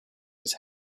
his